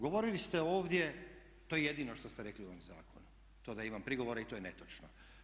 Govorili ste ovdje, to je jedino što ste rekli o ovom zakonu, to da imam prigovore i to je netočno.